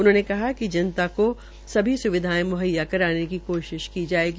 उन्होंने कहा िक जनता को सभी स्विधायें मुहैया कराने की कोशिश की जायेगी